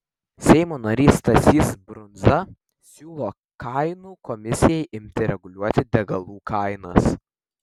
seimo narys stasys brundza siūlo kainų komisijai imti reguliuoti degalų kainas